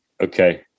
Okay